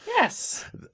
yes